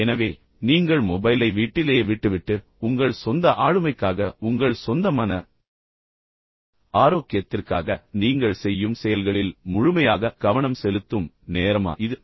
எனவே நீங்கள் மொபைலை வீட்டிலேயே விட்டுவிட்டு உங்கள் சொந்த ஆளுமைக்காக உங்கள் சொந்த மன ஆரோக்கியத்திற்காக நீங்கள் செய்யும் செயல்களில் முழுமையாக கவனம் செலுத்தும் நேரமா இது